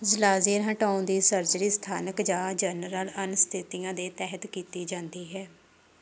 ਜ਼ਲਾਜ਼ੀਰ ਹਟਾਉਣ ਦੀ ਸਰਜਰੀ ਸਥਾਨਕ ਜਾਂ ਜਨਰਲ ਅਨਸਥਿਤੀਆ ਦੇ ਤਹਿਤ ਕੀਤੀ ਜਾਂਦੀ ਹੈ